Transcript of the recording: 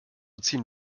ziehen